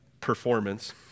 performance